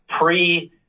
pre-